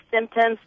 symptoms